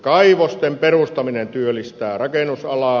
kaivosten perustaminen työllistää rakennusalaa